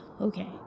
Okay